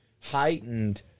heightened